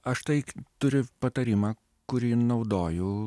aš tai turiu patarimą kurį naudoju